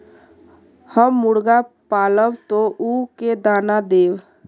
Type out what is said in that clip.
हम मुर्गा पालव तो उ के दाना देव?